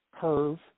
curve